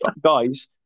guys